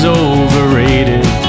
overrated